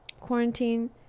quarantine